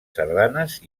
sardanes